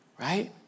Right